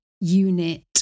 unit